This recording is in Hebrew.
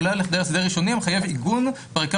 עולה לכדי הסדר ראשני המחייב עיגון בחקיקה